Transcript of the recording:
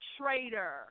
traitor